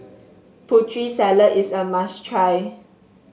Putri Salad is a must try